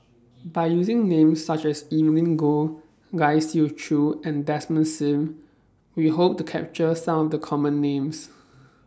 By using Names such as Evelyn Goh Lai Siu Chiu and Desmond SIM We Hope to capture Some of The Common Names